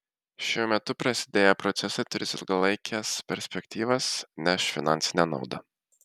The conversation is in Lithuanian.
šiuo metu prasidėję procesai turės ilgalaikes perspektyvas neš finansinę naudą